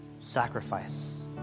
Sacrifice